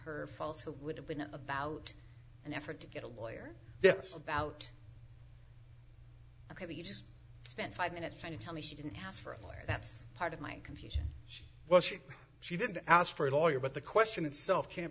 her false who would have been about an effort to get a lawyer about ok you just spent five minutes trying to tell me she didn't ask for a lawyer that's part of my confusion she well she she didn't ask for a lawyer but the question itself can